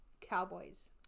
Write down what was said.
cowboys